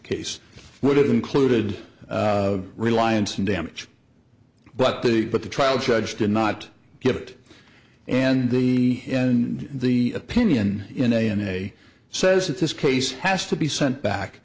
case would have included reliance and damage but the but the trial judge did not get it and he and the opinion in a in a says that this case has to be sent back